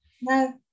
no